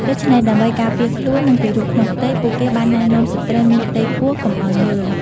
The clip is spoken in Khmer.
ដូច្នេះ ដើម្បីការពារខ្លួន និងទារកក្នុងផ្ទៃ ពួកគេបានណែនាំស្ត្រីមានផ្ទៃពោះកុំឲ្យមើល ។